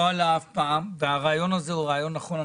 לא עלה אף פעם והרעיון הזה הוא רעיון נכון.